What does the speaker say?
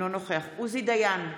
אינו נוכח עוזי דיין,